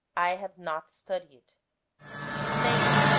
i have not studied nem,